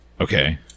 Okay